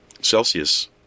Celsius